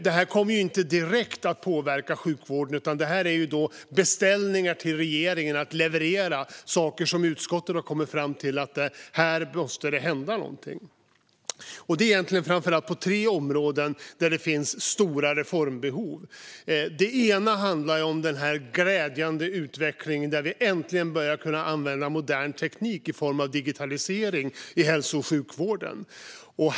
Detta kommer inte att direkt påverka sjukvården, utan det är beställningar till regeringen att leverera på områden där utskottet har kommit fram till att det måste hända någonting. Detta gäller egentligen framför allt tre områden, där det finns stora reformbehov. Ett område är den glädjande utvecklingen att vi äntligen börjar kunna använda modern teknik i form av digitalisering i hälso och sjukvården.